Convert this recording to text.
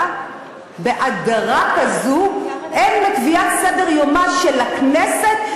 בהדרה כזו הן בקביעת סדר-יומה של הכנסת,